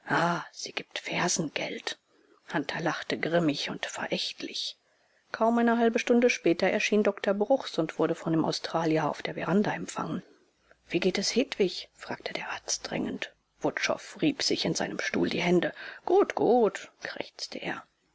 sie gibt fersengeld hunter lachte grimmig und verächtlich kaum eine halbe stunde später erschien dr bruchs und wurde von dem australier auf der veranda empfangen wie geht es hedwig fragte der arzt drängend wutschow rieb sich in seinem stuhl die hände gut gut krächzte er